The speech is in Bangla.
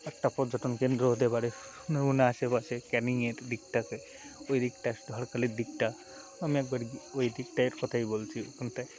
একটা পর্যটন কেন্দ্র হতে পারে ধরুন আশেপাশে ক্যানিংয়ের দিকটাকে ওই দিকটা ধরকালের দিকটা আমি একবার ওই দিকটের কথাই বলছি ওখানটায়